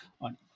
on